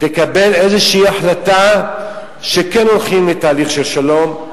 תקבל איזו החלטה שכן הולכים לתהליך של שלום,